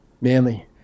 manly